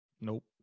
Nope